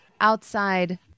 Outside